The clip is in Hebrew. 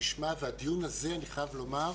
והדיון הזה, אני חייב לומר,